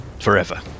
forever